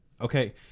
okay